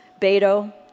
Beto